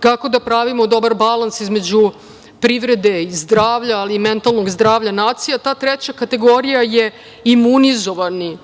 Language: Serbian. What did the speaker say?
kako da pravimo dobar balans između privrede i zdravlja, ali i mentalnog zdravlja nacije. Ta treća kategorija je imunizovani